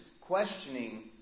questioning